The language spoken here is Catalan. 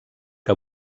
que